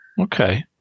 Okay